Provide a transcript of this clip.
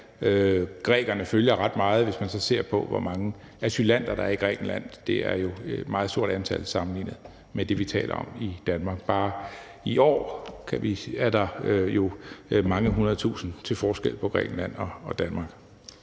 grækerne følger, ret meget, hvis man så ser på, hvor mange asylanter, der er i Grækenland. Det er jo et meget stort antal sammenlignet med det, vi taler om i Danmark. Bare i år er der jo mange hundredetusinde til forskel på Grækenland og Danmark.